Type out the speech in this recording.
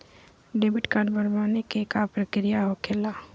Debit card बनवाने के का प्रक्रिया होखेला?